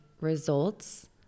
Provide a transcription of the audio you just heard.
results